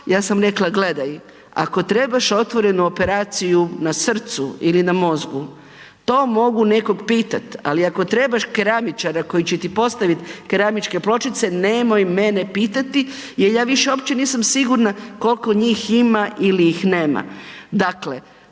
Ja sam rekla gledaj, ako trebaš otvorenu operaciju na srcu ili na mozgu to mogu nekoga pitati, ali ako trebaš keramičara koji će ti postaviti keramičke pločice nemoj mene pitati jer ja više uopće nisam sigurna koliko njih ima ili ih nema.